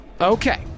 Okay